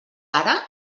ara